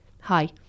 Hi